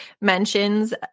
mentions